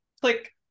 click